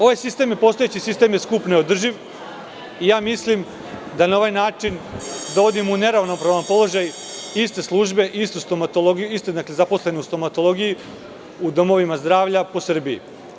Ovaj sistem, postojeći sistem je skup, neodrživ i mislim da na ovaj način dovodimo u neravnopravan položaj iste službe, iste zaposlene u stomatologiji u domovima zdravlja po Srbiji.